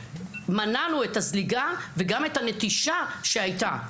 מנענו את הזליגה וגם את הנטישה שהייתה,